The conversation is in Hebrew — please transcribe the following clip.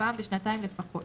ופעם בשנתיים לפחות.